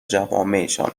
جوامعشان